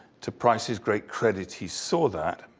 to price's great credit, he saw that.